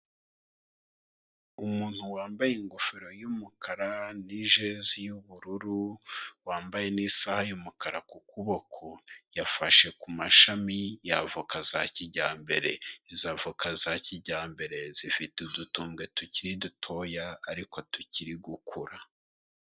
Umuntu wambaye ingofero y'umukara n'ijezi y'ubururu, wambaye n'isaha y'umukara ku kuboko, yafashe ku mashami ya voka za kijyambere. Izo avoka za kijyambere zifite udutubwe tukiri dutoya ariko tukiri gukura.